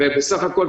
בסך הכול,